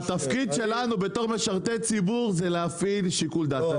התפקיד שלנו בתור משרתי ציבור זה להפעיל שיקול דעת.